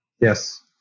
Yes